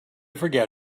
forget